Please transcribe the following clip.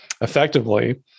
effectively